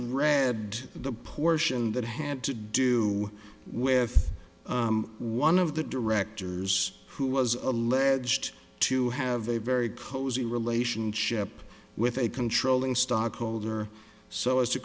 read the portion that had to do with one of the directors who was alleged to have a very cozy relationship with a controlling stockholder so as to